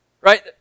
Right